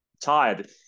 tired